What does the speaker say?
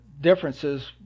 Differences